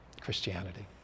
Christianity